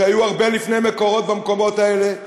שהיו הרבה לפני "מקורות" במקומות האלה.